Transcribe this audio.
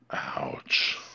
Ouch